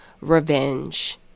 revenge